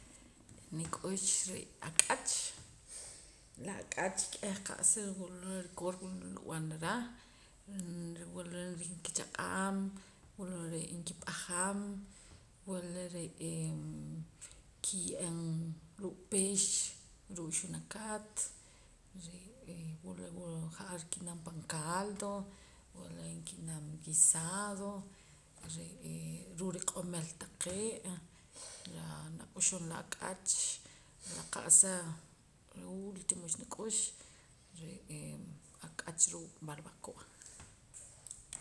Nik'ux re' ak'ach la ak'ach ke'h qa'sa wula rukoor wula mood nrub'anara wula reh nkichaq'aam wula re' nkip'ajam wula re'ee kiye'eem ruu' pix ruu' xunakat re'ee wula ja'ar nki'nam pan caldo wula ki'nam guisado re'ee ruu' riq'omil taqee' la naa nak'uxum la ak'ach la qa'sa lo último xnik'ux re'ee ak'ach ruu barbacoa